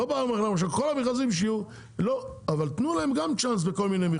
אבל תנו גם להם צ'אנס בכל מיני מכרזים.